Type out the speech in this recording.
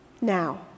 now